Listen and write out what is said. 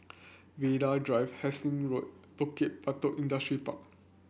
Vanda Drive Hasting Road and Bukit Batok Industrial Park